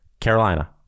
Carolina